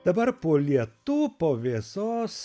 dabar po lietų po vėsos